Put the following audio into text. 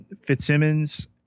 Fitzsimmons